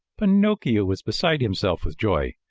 pinocchio was beside himself with joy.